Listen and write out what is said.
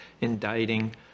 indicting